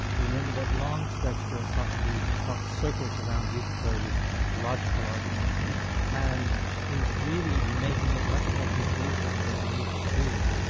you remember that long stretch where socrates talks circles around euthyphro with logical arguments and he's really making it much more confusing that it needs to be.